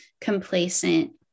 complacent